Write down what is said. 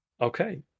Okay